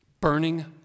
Burning